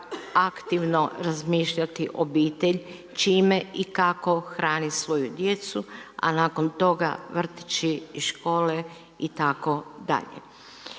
aktivno razmišljati obitelj čime i kako hrani svoju djecu, a nakon toga vrtići i škole itd.